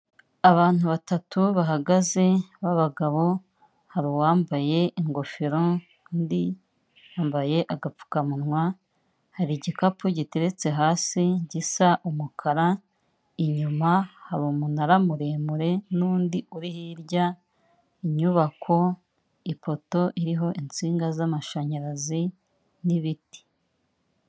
Abantu batatu bahagaze b'abagabo, hari uwambaye ingofero undi yambaye agapfukamunwa, hari igikapu giteretse hasi gisa umukara, inyuma hari umunara muremure, n'undi uri hirya inyubako, ipoto iriho insinga z'amashanyarazi n'ibiti.